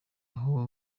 aho